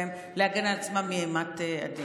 אני לוקחת לדוגמה את החיילים המשרתים בצה"ל,